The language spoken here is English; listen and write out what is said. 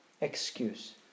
excuse